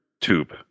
tube